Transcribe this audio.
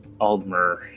Aldmer